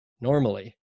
normally